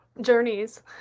journeys